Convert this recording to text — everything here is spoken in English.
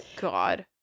god